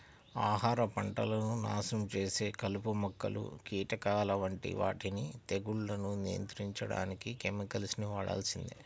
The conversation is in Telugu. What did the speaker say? ఆహార పంటలను నాశనం చేసే కలుపు మొక్కలు, కీటకాల వంటి వాటిని తెగుళ్లను నియంత్రించడానికి కెమికల్స్ ని వాడాల్సిందే